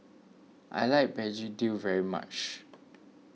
I like Begedil very much